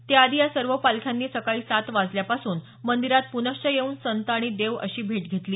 त्याआधी या सर्व पालख्यांनी सकाळी सात वाजल्यापासून मंदिरात पूनश्च येऊन संत आणि देव अशी भेट घेतली